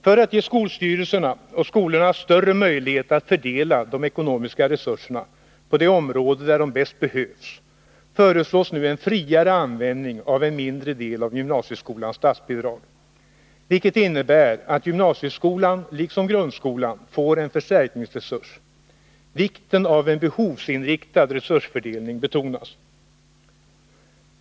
För att ge skolstyrelserna och skolorna större möjlighet att fördela de ekonomiska resurserna på de områden där de bäst behövs föreslås nu en friare användning av en mindre del av gymnasieskolans statsbidrag, vilket innebär att gymnasieskolan liksom grundskolan får en förstärkningsresurs. Vikten av en behovsinriktad resursfördelning betonas.